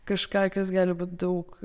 kažką kas gali būt daug